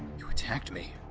you attacked me.